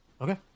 Okay